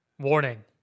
Warning